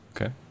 Okay